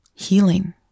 Healing